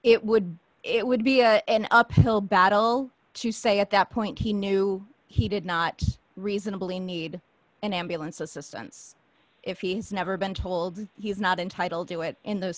it would it would be a an uphill battle to say at that point he knew he did not reasonably need an ambulance assistance if he's never been told he's not entitled to it in those